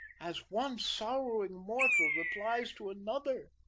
as one sorrowing mortal replies to another,